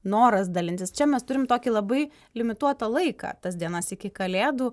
noras dalintis čia mes turim tokį labai limituotą laiką tas dienas iki kalėdų